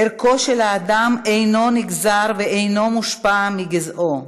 ערכו של האדם אינו נגזר ואינו מושפע מגזעו,